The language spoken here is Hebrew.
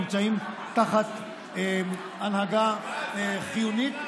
נמצאים תחת הנהגה חיונית.